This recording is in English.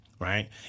Right